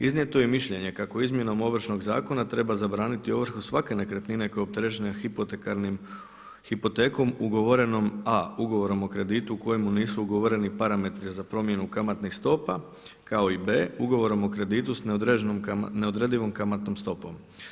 Iznijeto je mišljenje kako izmjenom Ovršnog zakona treba zabraniti ovrhu svake nekretnine koja je opterećena hipotekom ugovorenom a) ugovorom o kreditu u kojemu nisu ugovoreni parametri za promjenu kamatnih stopa, kao i b) ugovorom o kreditu s neodredivom kamatnom stopom.